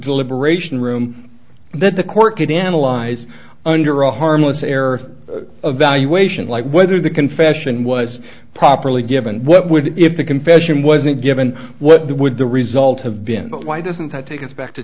deliberation room that the court could analyze under a harmless error of valuation like whether the confession was properly given what would if the confession wasn't given what the would the result have been but why doesn't that take us back to